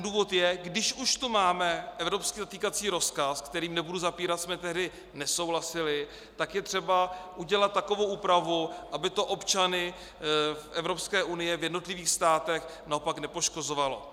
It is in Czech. Důvod je, když už tu máme evropský zatýkací rozkaz, se kterým nebudu zapírat jsme tehdy nesouhlasili, tak je třeba udělat takovou úpravu, aby to občany Evropské unie v jednotlivých státech naopak nepoškozovalo.